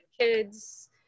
kids